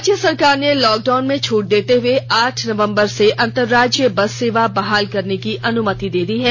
राज्य सरकार ने लॉकडाउन में छूट देते हुए आठ नवंबर से अंतरराज्यीय बस सेवा बहाल करने की अनुमति दे दी है